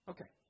Okay